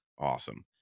Awesome